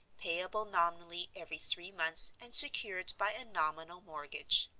payable nominally every three months and secured by a nominal mortgage.